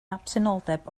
absenoldeb